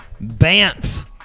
Banff